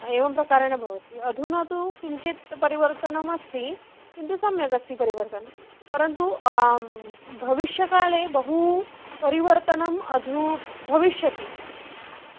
एवं प्रकारेण भवति अधुना तु किञ्चित् परिवर्तनमस्ति किन्तु सम्यगस्ति परिवर्तनं परन्तु भविष्यकाले बहु परिवर्तनम् अधू भविष्यति